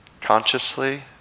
consciously